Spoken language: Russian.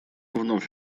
вновь